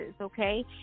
okay